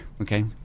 okay